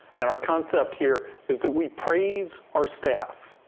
and our concept here is that we praise our staff.